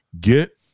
Get